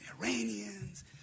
Iranians